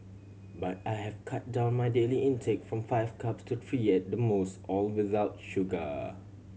but I have cut down my daily intake from five cups to three at the most all without sugar